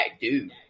dude